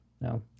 No